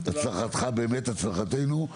הצלחתך באמת הצלחתנו.